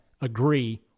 agree